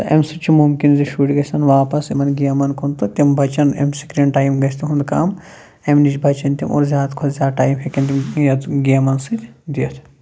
تہٕ اَمہِ سۭتۍ چھُ مُمکِن زِ شُرۍ گژھن واپَس یِمن گیمَن کُن تہٕ تِم بَچَن اَمہِ سکریٖن ٹایم گژھِ تِہُنٛد کَم اَمہِ نِش بَچن تِم اور زیادٕ کھۄتہٕ زیادٕ ٹایِم ہٮ۪کن تِم یَتھ گیمَن سۭتۍ دِتھ